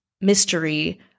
mystery